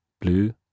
blue